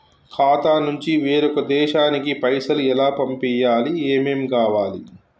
ఖాతా నుంచి వేరొక దేశానికి పైసలు ఎలా పంపియ్యాలి? ఏమేం కావాలి?